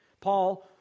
Paul